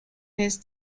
his